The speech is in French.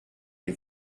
les